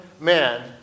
man